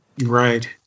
Right